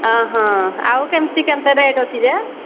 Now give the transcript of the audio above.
ଅ ହଁ ଆଉ କେମିତି କେନ୍ତା ରେଟ୍ ଅଛି ଯେ